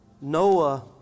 Noah